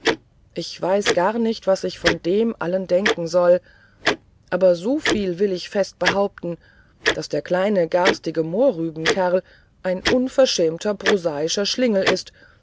ich weiß gar nicht was ich von dem allem denken soll aber so viel will ich fest behaupten daß der kleine garstige mohrrübenkerl ein unverschämter prosaischer schlingel ist